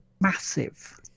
massive